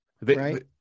right